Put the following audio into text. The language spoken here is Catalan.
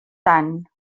tant